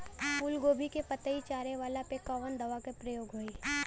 फूलगोभी के पतई चारे वाला पे कवन दवा के प्रयोग होई?